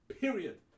period